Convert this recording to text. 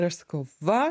ir aš sakau va